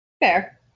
Fair